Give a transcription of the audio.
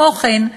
כמו כן,